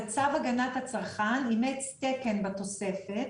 זה צו הגנת הצרכן אימץ תקן בתוספת,